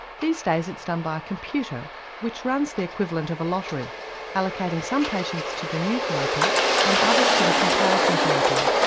these days it's done by a computer which runs the equivalent of a lottery allocating some patients to the new therapy and others to the comparison therapy.